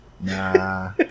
Nah